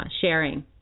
sharing